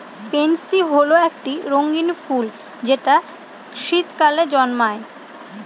pansy হল একটি রঙ্গীন ফুল যেটা শীতকালে জন্মায়